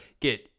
get